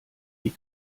die